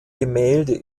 gemälde